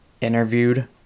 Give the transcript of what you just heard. interviewed